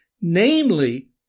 Namely